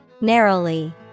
Narrowly